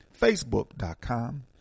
Facebook.com